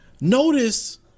notice